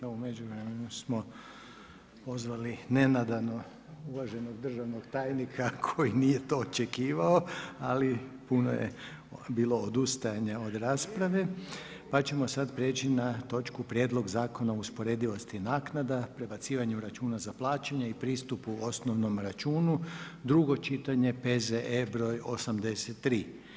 u međuvremenu smo pozvali nenadano uvaženog državnog tajnika koji nije to očekivao, ali puno je bilo odustajanja od rasprave, pa ćemo sad prijeći na točku: - Konačni prijedlog Zakona o usporedivosti naknada prebacivanju računa za plaćanje i pristupu osnovnom računu, drugo čitanje, P.Z.E. br. 83.